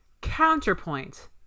Counterpoint